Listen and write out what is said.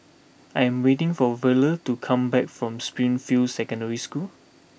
I am waiting for Verle to come back from Springfield Secondary School